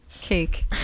cake